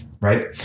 right